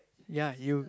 ya you